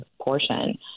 portion